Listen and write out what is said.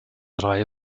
reihe